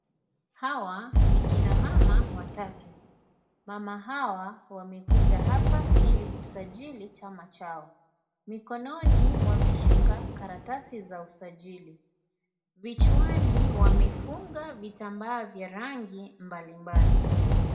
Hawa ni kina mama watatu. Mama hawa wamekuja hapa ili kusajili chama chao. Mikononi wameshika karatasi za usajili. Vichwani, wamefunga vitambaa vya rangi mbalimbali.